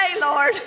Lord